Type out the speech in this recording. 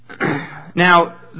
Now